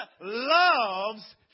loves